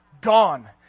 gone